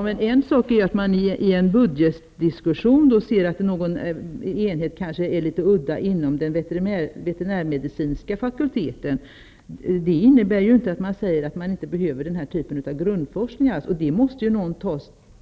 Fru talman! Det är en sak att man i en budgetdiskussion anser att en enhet kanske är litet udda inom den veterinärmedicinska fakulteten, men det innebär ju inte att man säger att man inte alls behöver den här typen av grundforskning. Någon måste ju